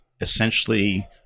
essentially